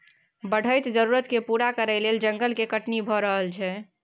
बढ़ैत जरुरत केँ पूरा करइ लेल जंगल केर कटनी भए रहल छै